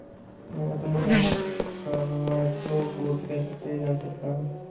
मैं अपने बैंक का मैक्रो कोड कैसे जान सकता हूँ?